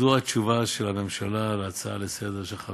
זו התשובה של הממשלה על ההצעה לסדר-היום